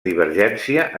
divergència